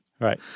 Right